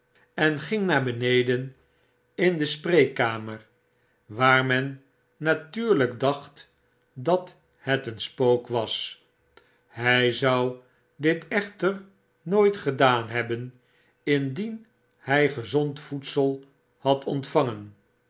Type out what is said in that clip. en ging naar beneden in de spreekkamer waar men natuurlyk dacht dat het een spook was hy zou ditechternooitgedaanhebben indien hy gezond voedsel had ontvangen